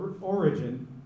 origin